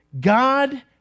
God